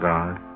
God